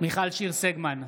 מיכל שיר סגמן,